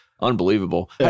unbelievable